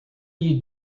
you